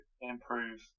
improve